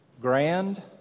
grand